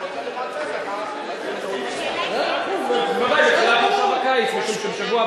במועד אחר, אני רוצה, בסדר.